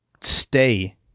stay